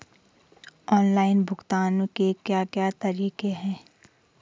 Online भुगतान के क्या क्या तरीके हैं?